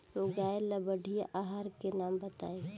गाय ला बढ़िया आहार के नाम बताई?